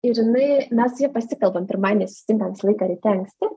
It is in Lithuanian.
ir jinai mes su ja pasikalbam pirmadieniais susitinkam visą laiką ryte anksti